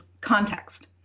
context